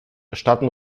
starten